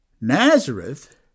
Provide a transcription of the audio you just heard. Nazareth